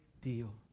deal